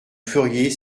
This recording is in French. feriez